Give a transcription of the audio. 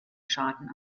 schaden